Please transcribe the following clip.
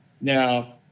Now